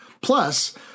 Plus